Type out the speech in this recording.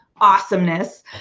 awesomeness